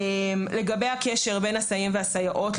לגבי הקשר בין הסייעים והסייעות,